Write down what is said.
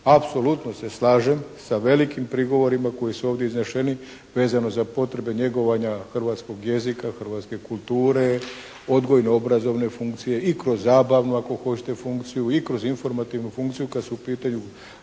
Apsolutno se slažem sa velikim prigovorima koji su ovdje izneseni vezano za potrebe njegovanja hrvatskog jezika, hrvatske kulture, odgojno-obrazovne funkcije i kroz zabavnu ako hoćete funkciju i kroz informativnu funkciju kad su u pitanju